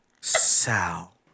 Sal